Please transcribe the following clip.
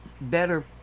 better